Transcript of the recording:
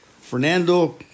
Fernando